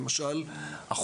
למשל,